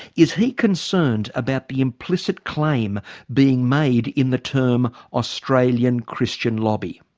is he concerned about the implicit claim being made in the term australian christian lobby?